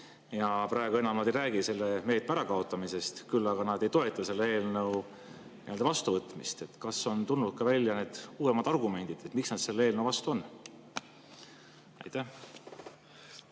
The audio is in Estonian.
Praegu nad enam ei räägi selle meetme ärakaotamisest, küll aga nad ei toeta selle eelnõu vastuvõtmist. Kas on tuldud välja ka uuemate argumentidega, miks nad selle eelnõu vastu on? Aitäh